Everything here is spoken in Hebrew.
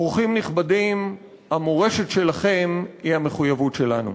אורחים נכבדים, המורשת שלכם היא המחויבות שלנו.